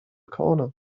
corner